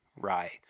rye